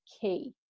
key